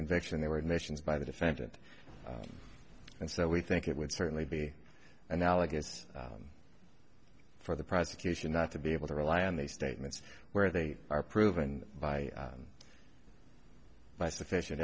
conviction they were admissions by the defendant and so we think it would certainly be analogous for the prosecution not to be able to rely on these statements where they are proven by by sufficient